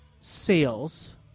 sales